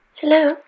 Hello